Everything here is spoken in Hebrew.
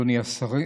אדוני השר,